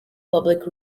public